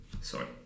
sorry